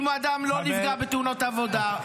אם אדם לא נפגע בתאונות עבודה,